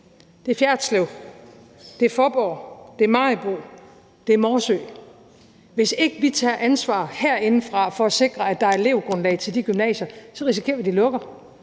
Fjerritslev, Faaborg, Maribo, Morsø. Hvis ikke vi tager ansvar herindefra for at sikre, at der er et elevgrundlag til de gymnasier, risikerer vi, at de lukker.